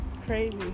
crazy